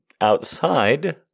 outside